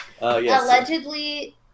Allegedly